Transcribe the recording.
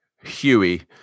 Huey